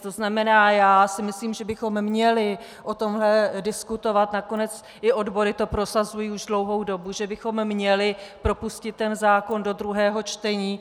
To znamená, já si myslím, že bychom měli o tomhle diskutovat, nakonec i odbory to prosazují už dlouhou dobu, že bychom měli propustit tento zákon do druhého čtení.